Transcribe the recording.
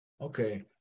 Okay